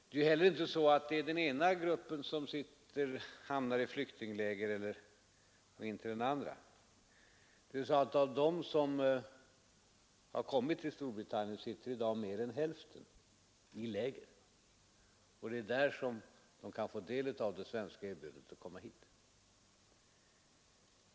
att bara den ena gruppen hamnar i flyktingläger ännu oklart, Det är allts Det är heller inte så men inte den andra. Av dem som har kommit till Storbritannien sitter i dag mer än hälften i läger, och det är där som de kan få del av det svenska erbjudandet att komma hit.